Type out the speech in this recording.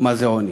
מה זה עוני,